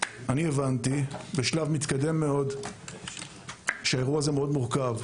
הבנתי בשלב מתקדם מאוד שהאירוע הזה מורכב מאוד,